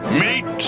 meet